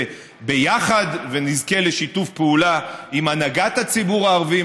ביחד ונזכה לשיתוף פעולה של הנהגת הציבור הערבי,